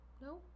No